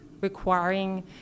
requiring